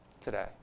today